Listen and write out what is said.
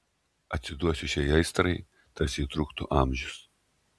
atsiduosiu šiai aistrai tarsi ji truktų amžius